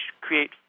create